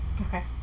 Okay